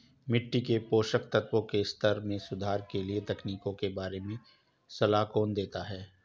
मिट्टी के पोषक तत्वों के स्तर में सुधार के लिए तकनीकों के बारे में सलाह कौन देता है?